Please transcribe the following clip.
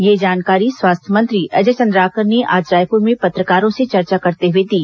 यह जानकारी स्वास्थ्य मंत्री अजय चंद्राकर ने आज रायपूर में पत्रकारों से चर्चा करते हुए दी